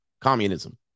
communism